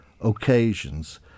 occasions